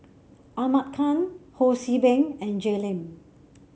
Ahmad Khan Ho See Beng and Jay Lim